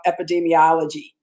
epidemiology